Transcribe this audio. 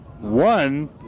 one